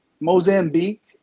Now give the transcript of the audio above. Mozambique